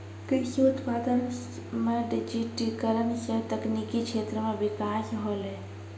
कृषि उत्पादन मे डिजिटिकरण से तकनिकी क्षेत्र मे बिकास होलै